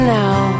now